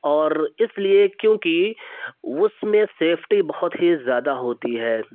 اور اس لیے کیونکہ اس میں سیفٹی بہت ہی زیادہ ہوتی ہے